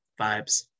vibes